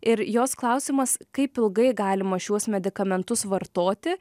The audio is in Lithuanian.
ir jos klausimas kaip ilgai galima šiuos medikamentus vartoti